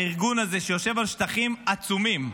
הארגון הזה שיושב על שטחים עצומים,